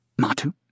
matu